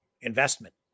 investment